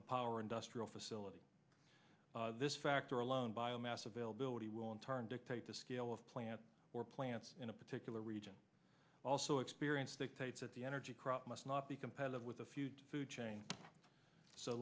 a power industrial facility this factor alone biomass availability will in turn dictate the scale of plant or plants in a particular region also experience dictates that the energy crop must not be competitive with a few food chain so